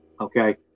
Okay